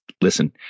listen